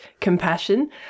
compassion